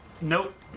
Nope